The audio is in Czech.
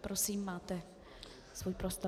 Prosím, máte svůj prostor.